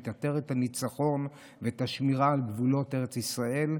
את עטרת הניצחון ואת השמירה על גבולות ארץ ישראל,